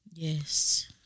Yes